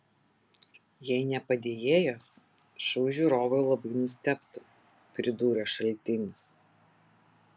jei ne padėjėjos šou žiūrovai labai nustebtų pridūrė šaltinis